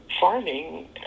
farming